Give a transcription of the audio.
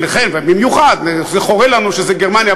ובמיוחד זה חורה לנו שזה גרמניה,